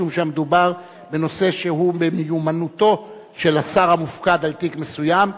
משום שמדובר בנושא שהוא במיומנותו של השר המופקד על תיק מסוים.